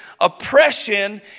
oppression